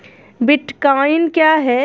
Bitcoin क्या है?